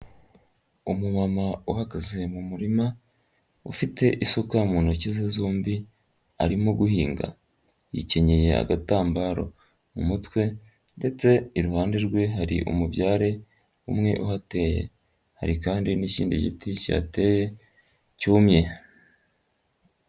Umumama uhagaze mu murima, ufite isuka mu ntoki ze zombi arimo guhinga. Yikenyenye agatambaro mu mutwe ndetse iruhande rwe hari umubyare umwe uhateye. Hari kandi n'ikindi giti kihateye cyumye.